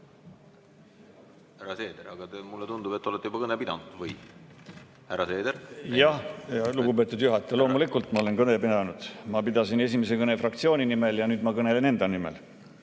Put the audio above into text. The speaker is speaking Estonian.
Härra Seeder, aga mulle tundub, et te olete juba kõne pidanud. Või? Härra Seeder? Jah, lugupeetud juhataja, loomulikult ma olen kõne pidanud. Ma pidasin esimese kõne fraktsiooni nimel ja nüüd ma kõnelen enda nimel.